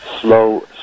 Slow